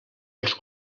els